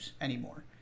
anymore